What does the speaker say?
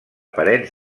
parets